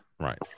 Right